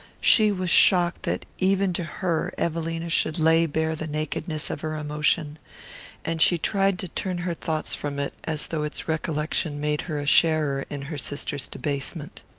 she was shocked that, even to her, evelina should lay bare the nakedness of her emotion and she tried to turn her thoughts from it as though its recollection made her a sharer in her sister's debasement.